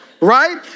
right